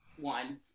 one